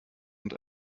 und